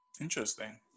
Interesting